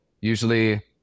usually